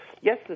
yes